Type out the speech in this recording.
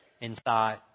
inside